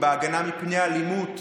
ובהגנה מפני אלימות,